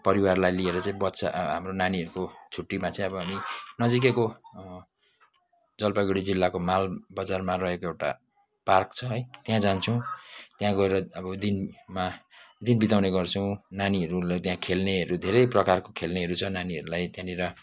परिवारलाई लिएर चाहिँ बच्चा हाम्रो नानीहरूको छुट्टीमा चाहिँ अब हामी नजिकैको जलपाइगुडी जिल्लाको मालबजारमा रहेको एउटा पार्क छ है त्यहाँ जान्छौँ त्यहाँ गएर अब दिनमा दिन बिताउने गर्छौँ नानीहरूलाई अब त्यहाँ खेल्ने धेरै प्रकारको खेल्नेहरू छ नानीहरूलाई त्यहाँनिर